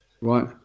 Right